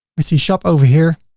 we see shop over here.